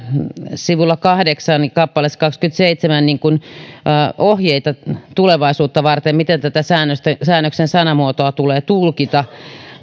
sivulla kahdeksan kappaleessa kaksikymmentäseitsemän ohjeita tulevaisuutta varten miten tätä säännöksen säännöksen sanamuotoa tulee tulkita